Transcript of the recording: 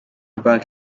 banki